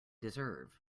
deserve